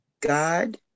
God